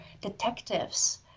detectives